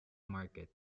market